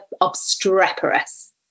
obstreperous